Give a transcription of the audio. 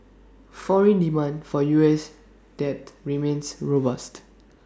foreign demand for U S debt remains robust